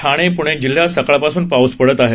ठाणे पूणे जिल्ह्यात सकाळपासून पाऊस पडत आहे